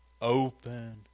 open